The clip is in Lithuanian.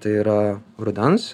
tai yra rudens